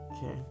Okay